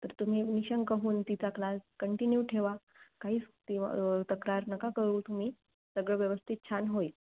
तर तुम्ही निशंक होऊन तिचा क्लास कंटिन्यू ठेवा काहीच त तक्रार नका करू तुम्ही सगळं व्यवस्थित छान होईल